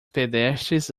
pedestres